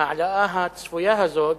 ההעלאה הצפויה הזאת,